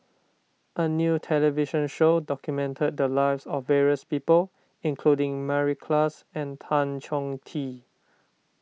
a new television show documented the lives of various people including Mary Klass and Tan Chong Tee